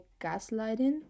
gaslighting